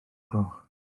gloch